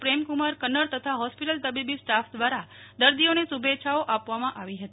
પ્રેમકુમાર કન્નર તથા હોસ્પિટલ તબીબી સ્ટાફ દ્રારા દર્દીઓને શુ ભે ચ્છાઓ આપવામાં આવી હતી